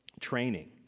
training